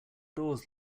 doors